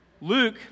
Luke